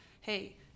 hey